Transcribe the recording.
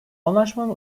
anlaşmanın